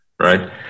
Right